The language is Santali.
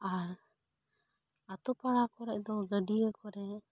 ᱟᱨ ᱟᱛᱳ ᱯᱟᱲᱟ ᱠᱚ ᱨᱮᱫᱚ ᱜᱟᱹᱰᱤᱭᱟᱹ ᱠᱚᱨᱮ